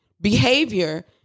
behavior